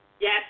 Yes